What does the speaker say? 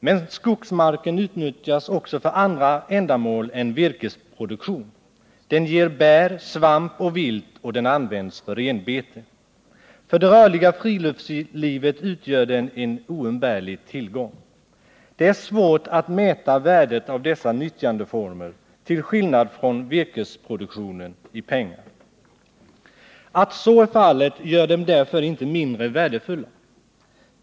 Men skogsmarken utnyttjas också för andra ändamål än virkesproduktion. Där finns bär, svamp och vilt. Skogen används också för renbete. För det rörliga friluftslivet utgör den en oumbärlig tillgång. Det är — till skillnad från virkesproduktionen — svårt att i pengar mäta värdet av dessa nyttjandeformer. Att så är fallet gör skogen inte mindre värdefull.